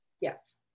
Yes